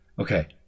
okay